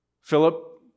Philip